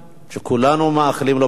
וכולנו מאחלים לו הצלחה.